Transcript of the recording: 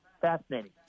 fascinating